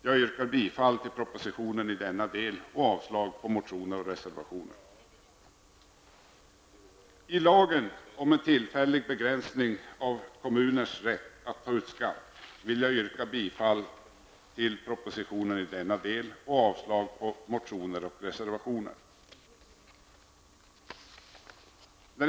Jag yrkar bifall till propositionen i denna del och avslag på motioner och reservationer.